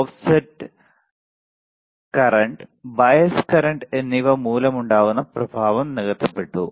offset current bias current എന്നിവ മൂലമുണ്ടായ പ്രഭാവം നികത്തപ്പെട്ടു